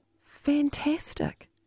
Fantastic